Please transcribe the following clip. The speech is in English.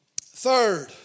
Third